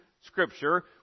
Scripture